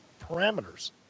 parameters